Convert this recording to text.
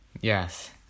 Yes